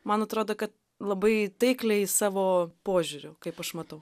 man atrodo kad labai taikliai savo požiūriu kaip aš matau